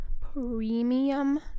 premium